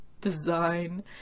design